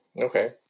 Okay